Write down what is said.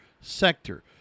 sector